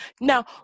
Now